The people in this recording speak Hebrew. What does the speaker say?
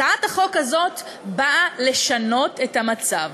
הצעת החוק הזאת באה לשנות את המצב,